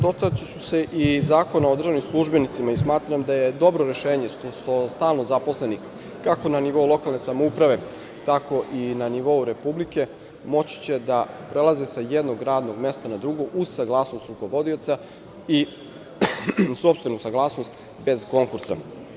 Dotaći ću se i Zakona o državnim službenicima i smatram da je dobro rešenje što će stalno zaposleni, kako na nivou lokalne samouprave, tako i na nivou Republike, moći da prelaze sa jednog radnog mesta na drugo, uz saglasnost rukovodioca i uz sopstvenu saglasnost, bez konkursa.